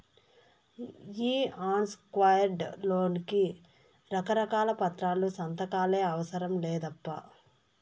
ఈ unsecured loan కి రకారకాల పత్రాలు, సంతకాలే అవసరం లేదప్పా